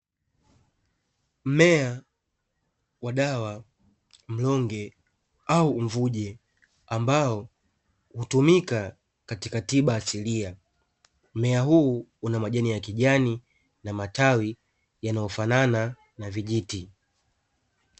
Mmea wa dawa mlonge au mvuje ambao hutumika katika tiba asilia. Mmea huu una majani ya kijani na matawi yanayofanana na vijiti.